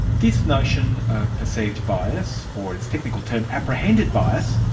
this notion of perceived bias, or its technical term apprehended bias,